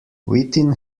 within